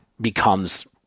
becomes